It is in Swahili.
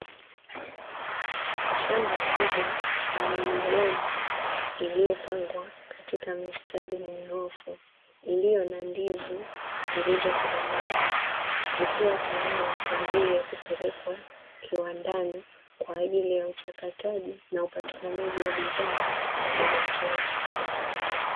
Shamba kubwa lenye migomba iliyopangwa katika mistari minyoofu, iliyo na ndizi zilizokomaa, zikiwa tayari kwa ajili ya kupelekwa kiwandani kwa ajili ya uchakataji na upatikanaji wa bidhaa zilizo nzuri.